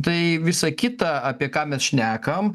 tai visa kita apie ką mes šnekam